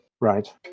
Right